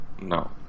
No